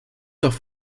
doch